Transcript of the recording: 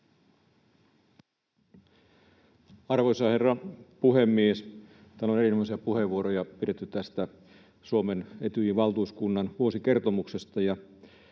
Arvoisa herra puhemies! Täällä on erinomaisia puheenvuoroja pidetty tästä Suomen Etyjin valtuuskunnan vuosikertomuksesta.